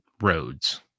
roads